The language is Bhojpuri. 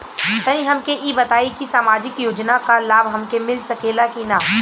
तनि हमके इ बताईं की सामाजिक योजना क लाभ हमके मिल सकेला की ना?